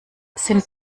sind